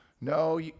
No